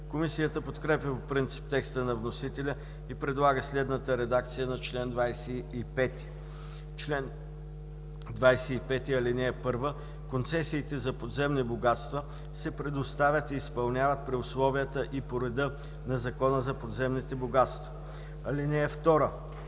Комисията подкрепя по принцип текста на вносителя и предлага следната редакция на чл. 25: „Чл. 25. (1) Концесиите за подземни богатства се предоставят и изпълняват при условията и по реда на Закона за подземните богатства. (2)